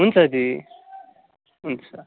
हुन्छ दि हुन्छ